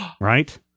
right